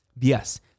Yes